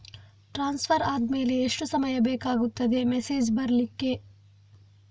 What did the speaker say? Transfer ಆದ್ಮೇಲೆ ಎಷ್ಟು ಸಮಯ ಬೇಕಾಗುತ್ತದೆ ಮೆಸೇಜ್ ಬರ್ಲಿಕ್ಕೆ?